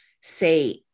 say